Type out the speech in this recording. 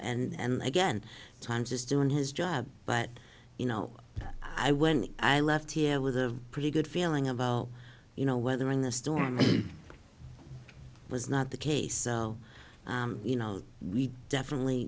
and again time just doing his job but you know i when i left here was a pretty good feeling about you know whether in the storm it was not the case you know we definitely